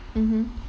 mmhmm